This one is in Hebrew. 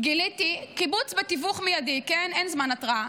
קיבוץ בטיווח מיידי, אין זמן התרעה,